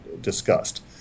discussed